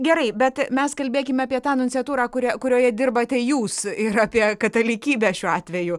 gerai bet mes kalbėkime apie tą nunciatūrą kurio kurioje dirbate jūs ir apie katalikybę šiuo atveju